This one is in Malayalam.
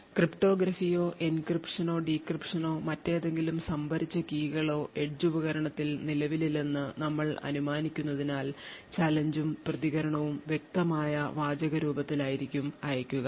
ക്രിപ്റ്റോഗ്രഫിയോ എൻക്രിപ്ഷനോ ഡീക്രിപ്ഷനോ മറ്റേതെങ്കിലും സംഭരിച്ച കീകളോ എഡ്ജ് ഉപകരണത്തിൽ നിലവിലില്ലെന്ന് നമ്മൾ അനുമാനിക്കുന്നതിനാൽ ചാലഞ്ച് ഉം പ്രതികരണവും വ്യക്തമായ വാചകരൂപത്തിൽ ആയിരിക്കും അയക്കുക